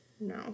No